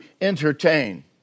entertain